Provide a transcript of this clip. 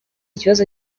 kibazo